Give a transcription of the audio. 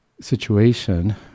situation